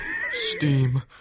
Steam